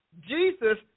Jesus